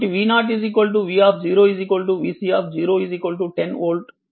కాబట్టి V0 v vC 10 volt